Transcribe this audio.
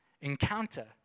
Encounter